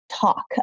talk